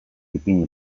ipini